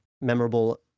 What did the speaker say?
memorable